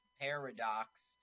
paradox